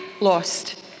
lost